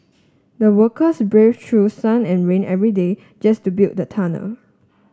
the workers braved through sun and rain every day just to build the tunnel